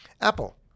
Apple